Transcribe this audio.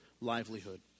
livelihood